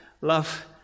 Love